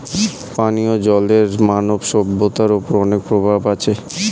পানিও জলের মানব সভ্যতার ওপর অনেক প্রভাব আছে